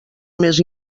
més